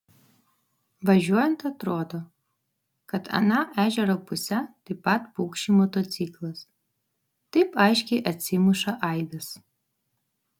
važiuojant atrodo kad ana ežero puse taip pat pukši motociklas taip aiškiai atsimuša aidas